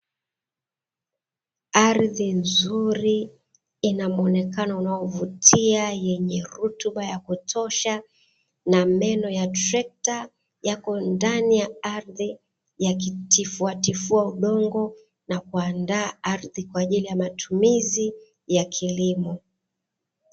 Ardhi nzuri ina mwonekano unaovutia, yenye rutuba ya kutosha na meno ya trekta yapo ndani ya ardhi ya kitifuatifua udongo, na kuandaa ardhi kwa ajili ya matumizi ya kilimo.